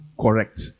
correct